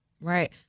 right